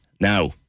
now